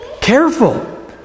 careful